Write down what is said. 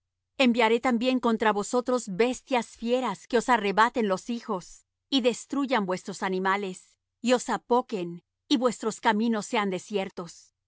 enviaré también contra vosotros bestias fieras que os arrebaten los hijos y destruyan vuestros animales y os apoquen y vuestros caminos sean desiertos